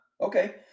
Okay